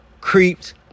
creeps